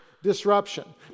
Disruption